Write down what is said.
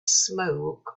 smoke